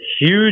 huge